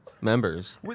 members